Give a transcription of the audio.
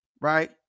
right